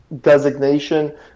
designation